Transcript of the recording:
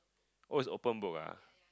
oh it's open book ah